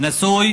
נשוי